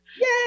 Yay